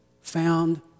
found